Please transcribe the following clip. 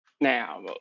now